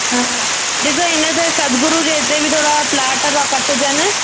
ॾिसो हिन ते सद्गुरू जे हिते बि थोरा प्लाट पिया कटिजनि